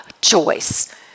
choice